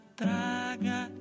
traga